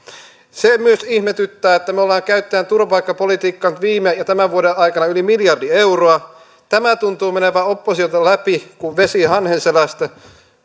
se myös ihmetyttää että me olemme käyttäneet turvapaikkapolitiikkaan nyt viime ja tämän vuoden aikana yli miljardi euroa tämä tuntuu menevän oppositiolta läpi kuin vesi hanhen selästä